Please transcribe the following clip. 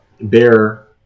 bear